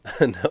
No